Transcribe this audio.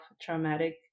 traumatic